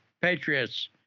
patriots